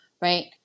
right